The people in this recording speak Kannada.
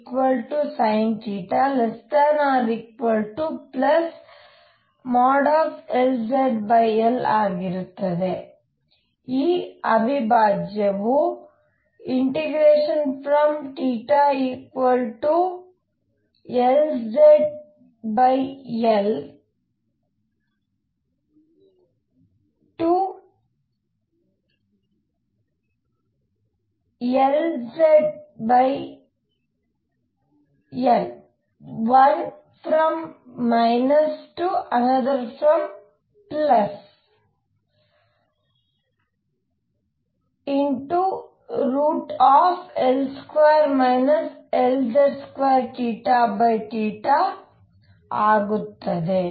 ಈ ಅವಿಭಾಜ್ಯವು θ L2 Lz2 dθ ಆಗುತ್ತದೆ